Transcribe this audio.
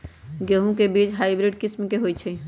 गेंहू के बीज हाइब्रिड किस्म के होई छई?